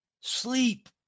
Sleep